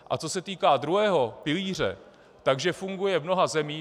A co se týká druhého pilíře, že funguje v mnoha zemích.